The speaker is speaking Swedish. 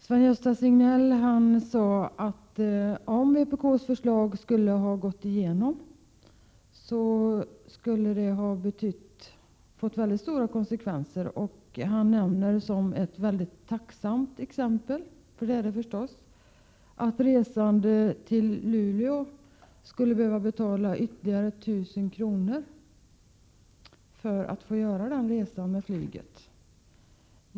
Sven-Gösta Signell sade att om vpk:s förslag hade gått igenom skulle det ha fått mycket stora konsekvenser, och han nämnde som ett tacksamt exempel — det är det förstås — att resande till Luleå skulle få betala ytterligare 1 000 kronor för sin flygresa.